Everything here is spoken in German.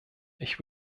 ich